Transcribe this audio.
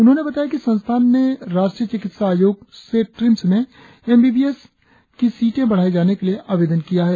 उन्होंने बताया कि संस्थान ने राष्ट्रीय चिकित्सा आयोग से ट्रिम्स में एम बी बी एस सीटे बढ़ाए जाने के लिए आवेदन किया है